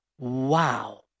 wow